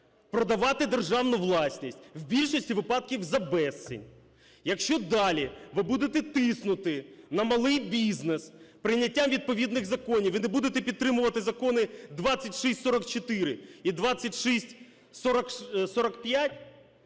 продавати державну власність в більшості випадків за безцінь, якщо далі ви будете тиснути на малий бізнес прийняттям відповідних законів і не будете підтримувати закони 2644 і 2645,